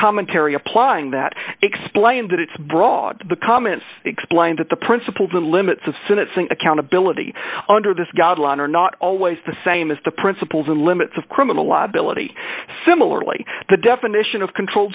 commentary applying that explained that it's broad the comments explained that the principles and limits of sentencing accountability under this guideline are not always the same as the principles and limits of criminal liability similarly the definition of controlled